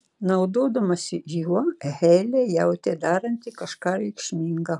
naudodamasi juo heilė jautė daranti kažką reikšminga